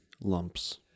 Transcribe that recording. lumps